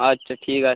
আচ্ছা ঠিক আছে